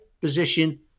position